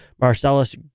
Marcellus